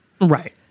right